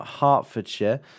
Hertfordshire